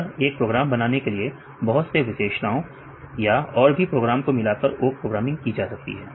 अतः एक प्रोग्राम बनाने के लिए बहुत से विशेषताओं या और भी प्रोग्राम को मिलाकर ओक प्रोग्रामिंग की जा सकती है